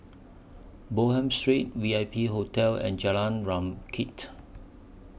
Bonham Street V I P Hotel and Jalan